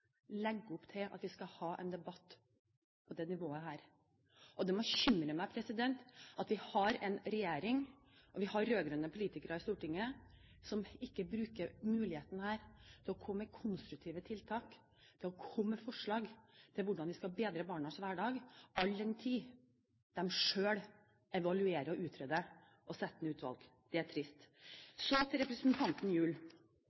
opp til at vi skal ha en debatt på dette nivået. Det bekymrer meg at vi har en regjering og rød-grønne politikere i Stortinget som ikke bruker denne muligheten til å komme med konstruktive tiltak, forslag til hvordan vi skal bedre barnas hverdag – all den tid de selv evaluerer, utreder og setter ned utvalg. Det er